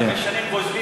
חמש שנים גוזלים,